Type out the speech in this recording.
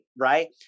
Right